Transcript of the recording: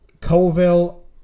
Colville